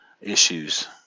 issues